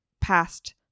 past